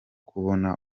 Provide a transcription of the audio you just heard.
kubona